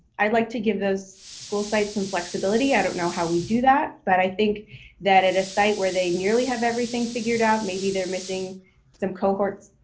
i'd like to give those school sites some flexibility. i don't know how we do that, but i think that at a site where they nearly have everything figured out, maybe they're missing some cohorts,